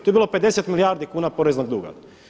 Tu je bilo 50 milijardi kuna poreznog duga.